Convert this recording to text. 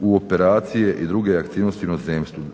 u operacije i druge aktivnosti u inozemstvu